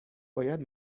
باید